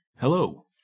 Hello